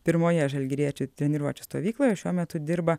pirmoje žalgiriečių treniruočių stovykloj šiuo metu dirba